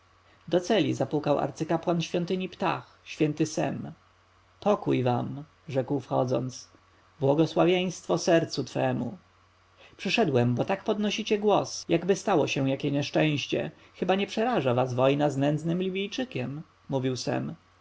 do celi zapukał arcykapłan świątyni ptah święty sem pokój wam rzekł wchodząc błogosławieństwo sercu twemu przyszedłem bo tak podnosicie głos jakby stało się jakieś nieszczęście chyba nie przeraża was wojna z nędznym libijczykiem mówił